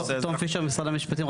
תום פישר משרד המשפטים,